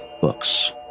books